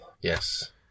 Yes